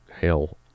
hell